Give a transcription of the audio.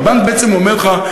הבנק בעצם אומר לך,